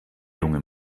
junge